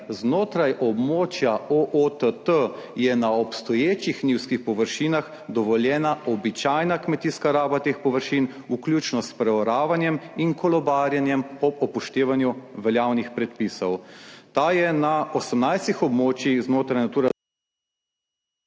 znotraj območja OOTT je na obstoječih njivskih površinah dovoljena običajna kmetijska raba teh površin, vključno s preoravanjem in kolobarjenjem ob upoštevanju veljavnih predpisov.